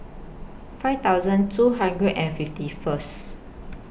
five thousand two hundred and fifty First